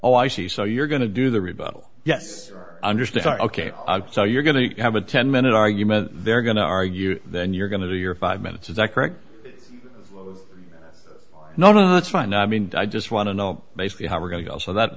oh i see so you're going to do the rebuttal yet understand ok so you're going to have a ten minute argument they're going to argue then you're going to do your five minutes is that correct no no that's fine i mean i just want to know basically how we're going to go so that